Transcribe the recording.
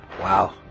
Wow